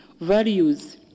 values